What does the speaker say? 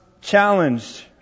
challenged